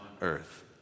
earth